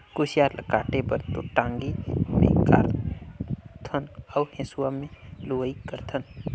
कुसियार ल काटे बर तो टांगी मे कारथन अउ हेंसुवा में लुआई करथन